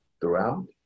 Throughout